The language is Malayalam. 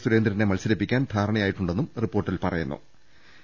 സുരേന്ദ്രനെ മത്സരിപ്പിക്കാൻ ധാരണയായിട്ടുണ്ടെന്നും റിപ്പോർട്ടുണ്ട്